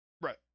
right